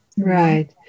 right